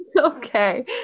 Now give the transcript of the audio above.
Okay